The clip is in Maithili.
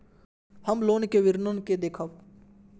हम लोन के विवरण के देखब?